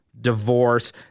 divorce